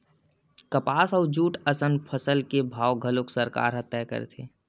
कपसा अउ जूट असन फसल के भाव घलोक सरकार ह तय करथे